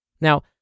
Now